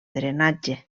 drenatge